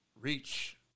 reach